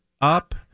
up